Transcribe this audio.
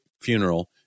funeral